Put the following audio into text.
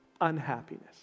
unhappiness